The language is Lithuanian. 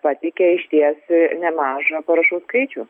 pateikė išties nemažą parašų skaičių